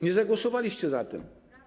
Nie zagłosowaliście za tym.